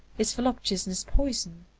his voluptuousness poison.